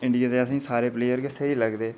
India दे असेंगी सारे प्लेयर स्हेई लगदे न